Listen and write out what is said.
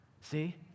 See